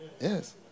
Yes